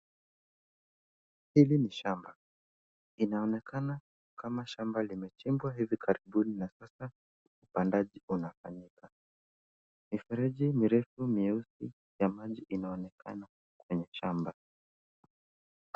Hili ni shamba. Inaonekana kama shamba limechimbwa hivi karibuni na Sasa upandaji unafanyika. Mifereji mirefu nyeusi ya maji inaonekana kwenye shamba.